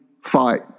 fight